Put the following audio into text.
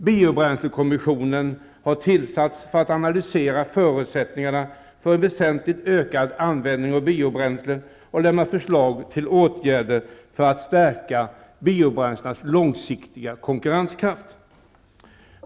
Biobränslekommissionen har tillsatts för att analysera förutsättningarna för en väsentligt ökad användning av biobränslen och lämna förslag till åtgärder för att stärka biobränslenas långsiktiga konkurrenskraft.